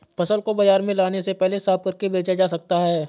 फसल को बाजार में लाने से पहले साफ करके बेचा जा सकता है?